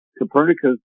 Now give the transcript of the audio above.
Copernicus